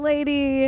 Lady